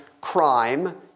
crime